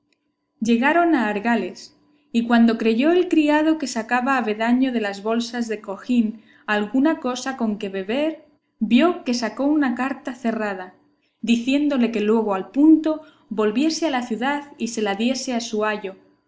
llegaron a argales y cuando creyó el criado que sacaba avendaño de las bolsas del cojín alguna cosa con que beber vio que sacó una carta cerrada diciéndole que luego al punto volviese a la ciudad y se la diese a su ayo